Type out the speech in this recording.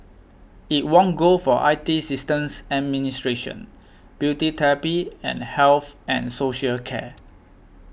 it won gold for I T systems administration beauty therapy and health and social care